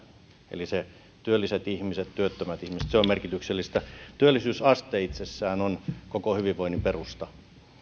eli ne työlliset ihmiset työttömät ihmiset se on merkityksellistä työllisyysaste itsessään on koko hyvinvoinnin perusta